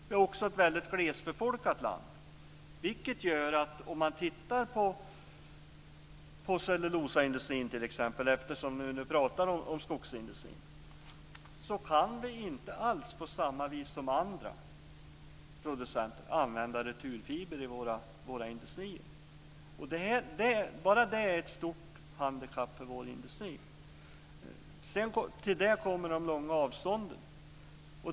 Vi har också ett väldigt glesbefolkat land, vilket gör att t.ex. cellulosaindustrin - vi pratar ju om skogsindustrin - inte alls på samma vis som andra producenter kan använda returfibrer. Bara det är ett stort handikapp för vår industri. Till det kommer de långa avstånden.